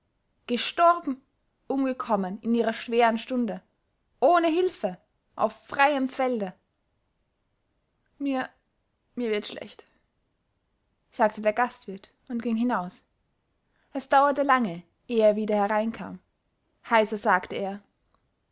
gestorben umgekommen in ihrer schweren stunde ohne hilfe auf freiem felde mir mir wird schlecht sagte der gastwirt und ging hinaus es dauerte lange ehe er wieder hereinkam heiser sagte er